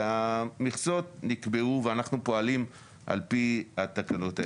המכסות נקבעו, ואנחנו פועלים על פי התקנות האלה.